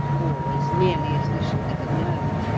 or as nearly as we shall ever know,